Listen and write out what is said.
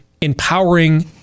empowering